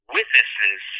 Witnesses